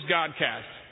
Godcast